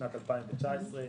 בשנת 2019,